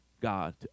God